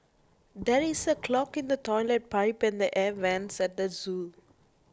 there is a clog in the Toilet Pipe and the Air Vents at the zoo